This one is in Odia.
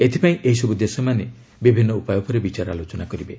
ଏଥିପାଇଁ ଏହିସବୁ ଦେଶମାନେ ବିଭିନ୍ନ ଉପାୟ ଉପରେ ବିଚାର ଆଲୋଚନା କରିବେ